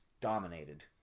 dominated